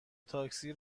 تاکسی